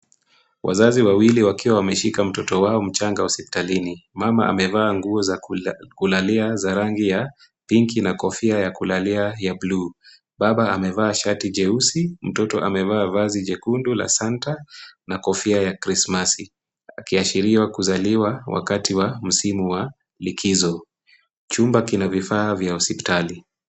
Wazazi wawili wakiwa wameshika mtoto wao mchanga hosiptalini. Mama amevaa nguo za kulalia za rangi ya pink na kofia ya kulalia ya bluu. Baba amevaa shati jeusi, mtoto amevaa vazi jekundu la santa, na kofia ya Krismasi. Akiashiriwa kuzaliwa wakati wa msimu wa likizo. Chumba kina vifaa vya hospitali.